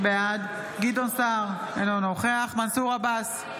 בעד גדעון סער, אינו נוכח מנסור עבאס,